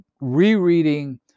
rereading